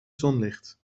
zonlicht